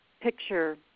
picture